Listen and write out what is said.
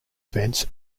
events